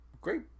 Great